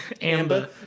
Amber